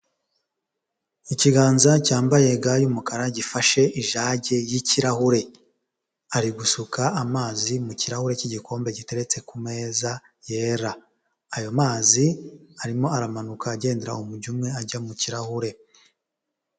Ikiganza cyambaye ga y'umukara, gifashe ijage y'ikirahure, ari gusuka amazi mu kirahure cy'igikombe giteretse ku meza yera, ayo mazi arimo aramanuka agendera umujyo umwe, ajya mu kirahure.